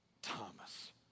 Thomas